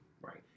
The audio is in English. Right